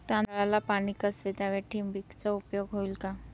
तांदळाला पाणी कसे द्यावे? ठिबकचा उपयोग होईल का?